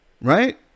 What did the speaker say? right